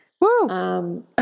Woo